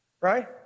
right